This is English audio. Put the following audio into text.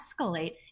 escalate